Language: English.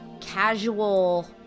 casual